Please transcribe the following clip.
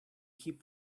keep